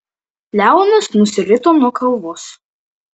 leonas nusirito nuo kalvos